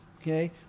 Okay